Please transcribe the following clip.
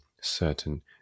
certain